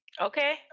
Okay